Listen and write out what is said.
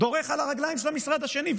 דורך על הרגליים של המשרד השני.